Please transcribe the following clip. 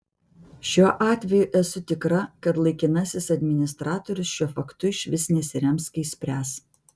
šiuo atveju esu tikra kad laikinasis administratorius šiuo faktu išvis nesirems kai spręs